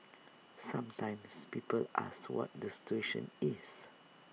sometimes people ask what the situation is